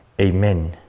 Amen